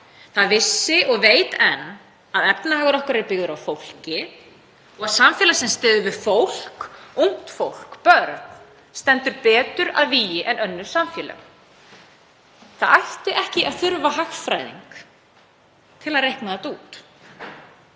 það vissi og veit enn að efnahagur okkar er byggður á fólki og að samfélag sem styður við fólk, ungt fólk, börn, stendur betur að vígi en önnur samfélög. Það ætti ekki að þurfa hagfræðing til að reikna það út.